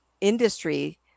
industry